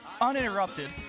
uninterrupted